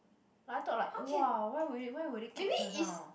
I thought like !wah! why would it why would it kick hyuna